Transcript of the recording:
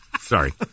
Sorry